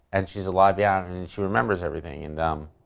and she's alive yeah and she remembers everything. and um